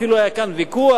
אפילו היה כאן ויכוח,